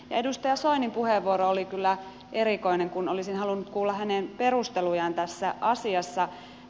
edustaja soinin puheenvuoro oli kyllä erikoinen kun olisin halunnut kuulla hänen perustelujaan tässä asiassa